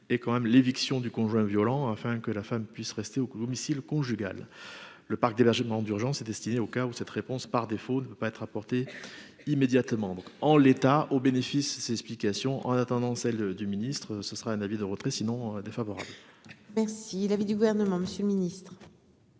et quand même l'éviction du conjoint violent afin que la femme puisse rester au domicile conjugal, le parc d'hébergement d'urgence destiné au cas où cette réponse par défaut ne peut pas être apporté immédiatement donc en l'état au bénéfice explication en attendant celle du ministre, ce sera un avis de retrait sinon défavorable. Merci l'avis du gouvernement, Monsieur le Ministre.